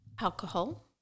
alcohol